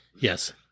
Yes